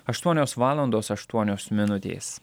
aštuonios valandos aštuonios minutės